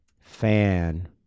Fan